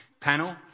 panel